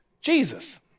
Jesus